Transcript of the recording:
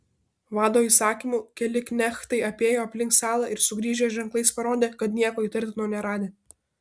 vado įsakymu keli knechtai apėjo aplink salą ir sugrįžę ženklais parodė kad nieko įtartino neradę